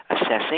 assessing